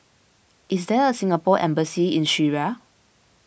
is there a Singapore Embassy in Syria